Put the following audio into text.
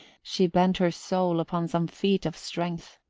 she bent her soul upon some feat of strength.